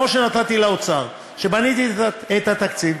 כמו שנתתי לאוצר כשבניתי את התקציב,